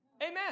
Amen